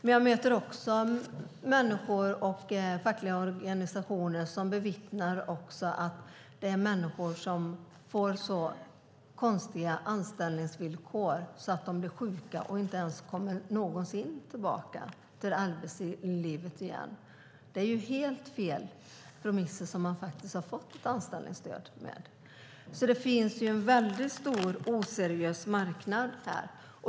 Men jag möter också människor och fackliga organisationer som bevittnar att personer med anställningsstöd får så konstiga anställningsvillkor att de blir sjuka och inte kan komma tillbaka till arbetslivet igen. Det är i så fall på helt felaktiga premisser som man har fått ett anställningsstöd. Så det finns en väldigt stor oseriös marknad.